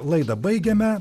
laidą baigiame